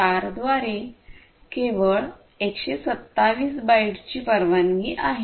4द्वारे केवळ 127 बाइटची परवानगी आहे